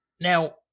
now